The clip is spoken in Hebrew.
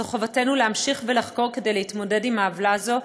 וזו חובתנו להמשיך ולחקור כדי להתמודד עם העוולה הזאת.